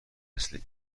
نسل